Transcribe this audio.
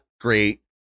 great